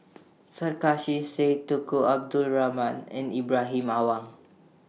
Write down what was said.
Sarkasi Said Tunku Abdul Rahman and Ibrahim Awang